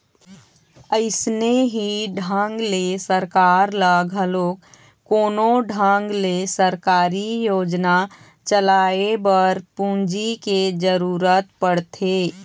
अइसने ही ढंग ले सरकार ल घलोक कोनो ढंग ले सरकारी योजना चलाए बर पूंजी के जरुरत पड़थे